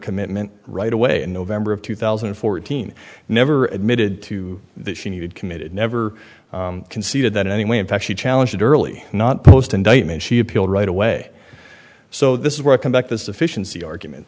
commitment right away in november of two thousand and fourteen never admitted to that she needed committed never conceded that anyway in fact she challenged early not post indictment she appealed right away so this is where i come back to sufficiency argument